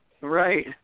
Right